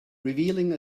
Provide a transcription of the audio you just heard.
revealing